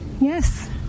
Yes